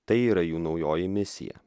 tai yra jų naujoji misija